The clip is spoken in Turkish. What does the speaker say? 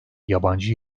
yabancı